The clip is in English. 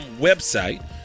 website